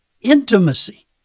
intimacy